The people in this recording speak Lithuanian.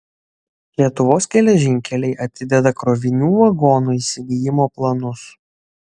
lietuvos geležinkeliai atideda krovinių vagonų įsigijimo planus